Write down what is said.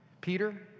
Peter